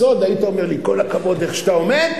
בסוד היית אומר לי: כל הכבוד איך שאתה עומד,